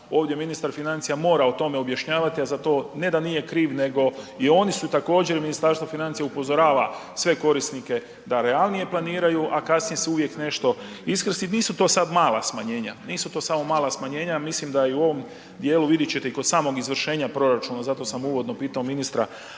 ovdje ministar financija mora o tome objašnjavati, a za to ne da nije kriv nego i oni su također, Ministarstvo financija upozorava sve korisnike da realnije planiraju, a kasnije se uvijek nešto iskrsne. Nisu to sad mala smanjenja, nisu to samo mala smanjenja, mislim da i u ovom dijelu, vidjet ćete i kod samog izvršenja proračuna, zato sam uvodno pitao ministra